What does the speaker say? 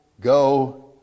go